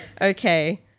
Okay